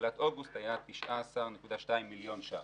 תחילת אוגוסט היה 19.2 מיליון שקלים.